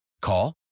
Call